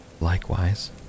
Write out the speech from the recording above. Likewise